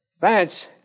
Vance